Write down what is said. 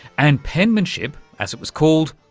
and penmanship, as it was called,